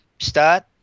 start